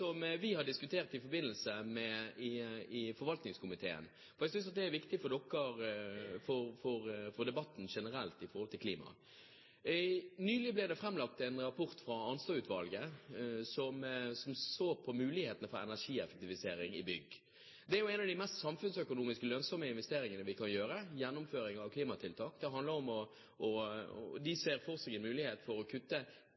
det vi har diskutert i kommunal- og forvaltningskomiteen. Jeg synes det er viktig for debatten generelt om klima. Nylig ble det framlagt en rapport fra Arnstad-utvalget, som så på muligheten for energieffektivisering i bygg. Det er en av de mest samfunnsøkonomisk lønnsomme investeringene vi kan gjøre, gjennomføring av klimatiltak. De ser for seg en mulighet for å kutte 10 TWh av de 80 TWh som vi bruker til drifting i byggesektoren. Det